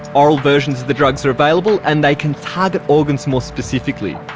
oral versions of the drugs are available and they can target organs more specifically.